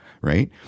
right